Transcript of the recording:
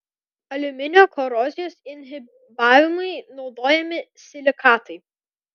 aliuminio korozijos inhibavimui naudojami silikatai